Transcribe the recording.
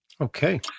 Okay